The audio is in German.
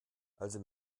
also